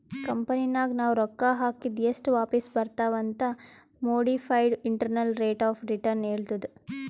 ಕಂಪನಿನಾಗ್ ನಾವ್ ರೊಕ್ಕಾ ಹಾಕಿದ್ ಎಸ್ಟ್ ವಾಪಿಸ್ ಬರ್ತಾವ್ ಅಂತ್ modified internal rate of return ಹೇಳ್ತುದ್